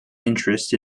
interest